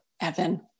Evan